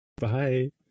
Bye